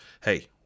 hey